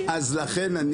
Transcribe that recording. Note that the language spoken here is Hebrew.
לכן,